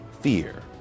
fear